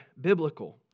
biblical